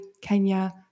Kenya